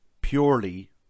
purely